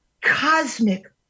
cosmic